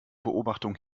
beobachtung